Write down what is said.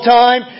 time